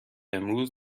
امروز